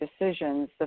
decisions